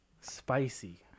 Spicy